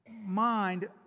mind